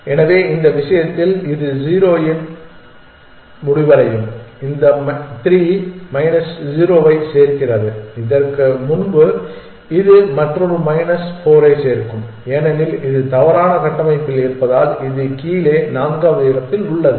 எனவே இந்த விஷயத்தில் இது 0 இன் முடிவடையும் இந்த 3 மைனஸ் 0 வரை சேர்க்கிறது இதற்கு முன்பு இது மற்றொரு மைனஸ் 4 ஐ சேர்க்கும் ஏனெனில் இது தவறான கட்டமைப்பில் இருப்பதால் இது கீழே நான்காவது இடத்தில் உள்ளது